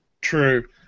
true